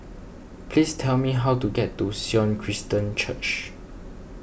please tell me how to get to Sion Christian Church